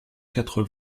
quatre